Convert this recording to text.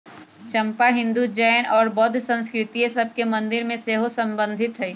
चंपा हिंदू, जैन और बौद्ध संस्कृतिय सभ के मंदिर से सेहो सम्बन्धित हइ